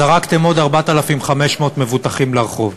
זרקתם עוד 4,500 מבוטחים לרחוב.